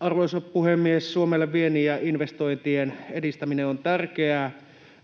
Arvoisa puhemies! Suomelle viennin ja investointien edistäminen on tärkeää.